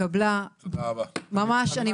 אין נמנעים, אין אושר.